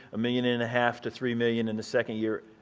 a million and a half to three million in the second year.